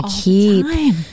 keep